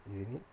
isn't it